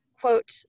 quote